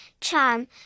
charm